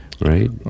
right